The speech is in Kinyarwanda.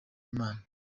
imana